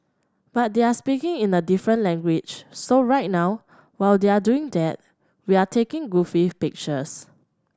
but they're speaking in a different language so right now while they're doing that we're taking goofy pictures